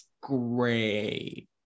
great